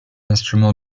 instrument